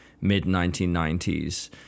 mid-1990s